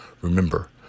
Remember